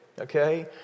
okay